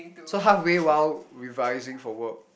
so halfway while revising for work